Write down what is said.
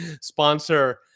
sponsor